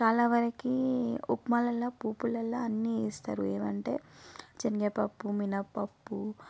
చాలా వరకి ఉప్మాలల్లా పోప్పులలో అన్నీ వేస్తారు ఏవంటే శనగపప్పు మినప్పప్పు